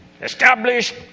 Established